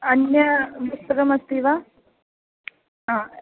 अन्यं पुस्तकमस्ति वा हा